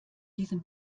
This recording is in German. diesem